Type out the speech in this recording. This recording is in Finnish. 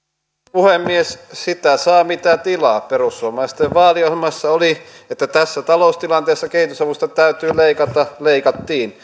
puhemies sitä saa mitä tilaa perussuomalaisten vaaliohjelmassa oli että tässä taloustilanteessa kehitysavusta täytyy leikata leikattiin